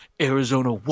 Arizona